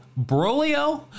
Brolio